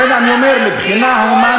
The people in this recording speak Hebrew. לכן אני אומר שמבחינה הומנית,